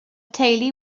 teulu